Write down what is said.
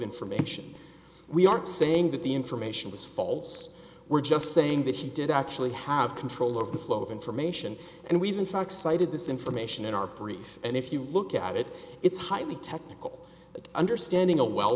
information we aren't saying that the information was false we're just saying that he did actually have control of the flow of information and we've in fact cited this information in our brief and if you look at it it's highly technical understanding